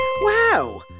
Wow